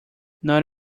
not